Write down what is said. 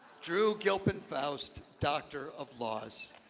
drew gilpin faust, doctor of laws.